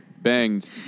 banged